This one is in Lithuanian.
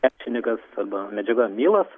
krepšininkas arba medžiaga milas